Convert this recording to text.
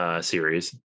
series